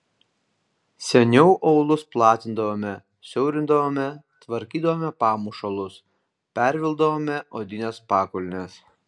seniau aulus platindavome siaurindavome tvarkydavome pamušalus pervilkdavome odines pakulnes